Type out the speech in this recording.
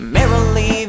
Merrily